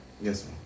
yes